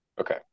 Okay